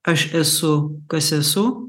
aš esu kas esu